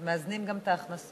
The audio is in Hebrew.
אז מאזנים גם את ההכנסות.